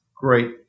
great